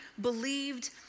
believed